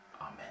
Amen